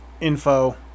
info